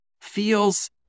feels